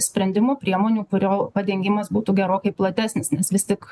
sprendimų priemonių kurio padengimas būtų gerokai platesnis nes vis tik